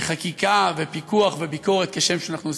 לחקיקה, ופיקוח וביקורת, כשם שאנחנו עושים,